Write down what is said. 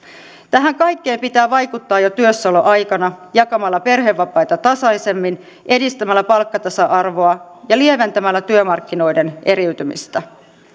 tähän kaikkeen pitää vaikuttaa jo työssäoloaikana jakamalla perhevapaita tasaisemmin edistämällä palkkatasa arvoa ja lieventämällä työmarkkinoiden eriytymistä